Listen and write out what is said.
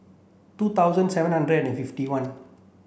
two thousand seven hundred and fifty one